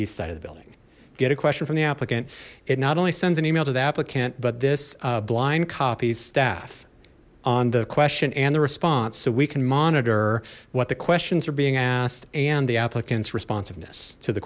east side of the building get a question from the applicant it not only sends an email to the applicant but this blind copies staff on the question and the response so we can monitor what the questions are being asked and the applicants responsiveness to the